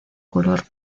color